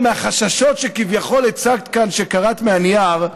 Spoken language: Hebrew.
או מהחששות שכביכול הצגת כאן כשקראת מהנייר,